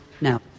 No